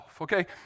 okay